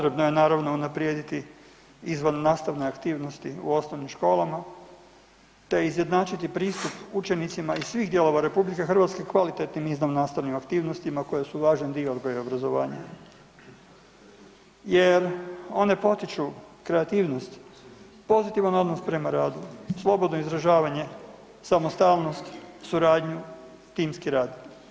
Potrebno je naravno unaprijediti izvan nastavne aktivnosti u osnovnim školama, te izjednačiti pristup učenicima iz svih dijelova RH kvalitetnim izvan nastavnim aktivnostima koje su važan dio odgoja i obrazovanja jer one potiču kreativnost, pozitivan odnos prema radu, slobodno izražavanje, samostalnost, suradnju, timski rad.